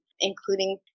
including